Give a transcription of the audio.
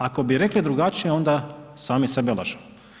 Ako bi rekli drugačije onda sami sebe lažemo.